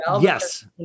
Yes